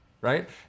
Right